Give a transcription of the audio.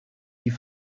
die